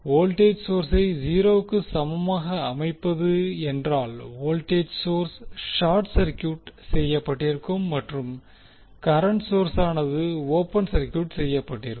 voltage சோர்ஸை 0 க்கு சமமாக அமைப்பது என்றால் வோல்டேஜ் சோர்ஸ் ஷார்ட் சர்கியூட் செய்யப்பட்டிருக்கும் மற்றும் கரண்ட் சோர்ஸானது ஓபன் சர்கியூட் செய்யப்பட்டிருக்கும்